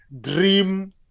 Dream